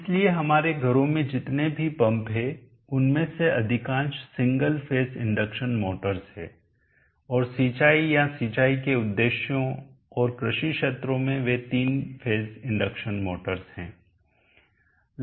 इसलिए हमारे घरों में जितने भी पंप हैं उनमें से अधिकांश सिंगल फेज इंडक्शन मोटर्स हैं और सिंचाई या सिंचाई के उद्देश्यों और कृषि क्षेत्रों में वे तीन फेज इंडक्शन मोटर्स हैं